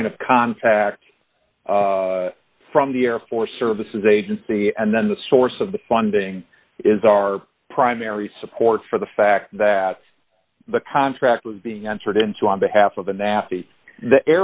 point of contact from the air force services agency and then the source of the funding is our primary support for the fact that the contract was being entered into on behalf of the